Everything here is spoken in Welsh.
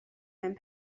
mewn